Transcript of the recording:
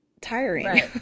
tiring